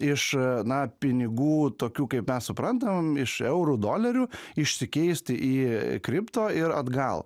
iš na pinigų tokių kaip mes suprantam iš eurų dolerių išsikeisti į kripto ir atgal